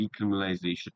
decriminalization